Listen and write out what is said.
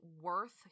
Worth